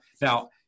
Now